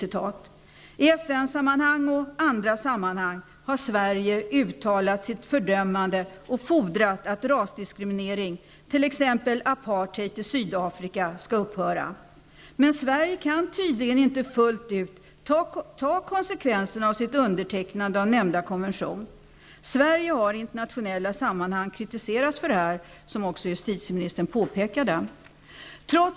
I FN-sammanhang och andra sammanhang har Sverige uttalat sitt fördömande och fordrat att rasdiskriminering, t.ex. apartheid i Sydafrika, skall upphöra. Men Sverige kan tydligen inte fullt ut ta konsekvenserna av sitt undertecknande av nämnda konvention. Sverige har i internationella sammanhang kritiserats för detta -- som också justitieministern påpekade.